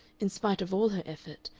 in spite of all her effort,